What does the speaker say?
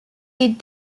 did